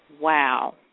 Wow